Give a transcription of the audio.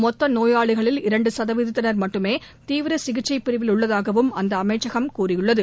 மொத்த நோயாளிகளில் இரண்டு சதவீதத்தினர் மட்டுமே தீவிர சிகிச்சைப் பிரிவில் உள்ளதாகவும் அந்த அமைச்சகம் கூறியுள்ளது